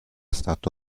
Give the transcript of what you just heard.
stato